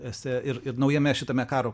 esė ir ir naujame šitame karo